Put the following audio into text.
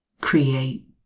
create